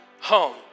home